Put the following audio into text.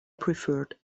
preferred